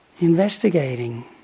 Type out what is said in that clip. investigating